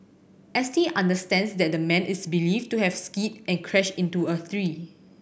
S T understands that the man is believed to have skidded and crashed into a tree